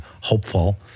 hopeful